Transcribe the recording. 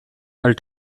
her